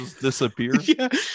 disappeared